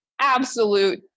absolute